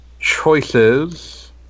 choices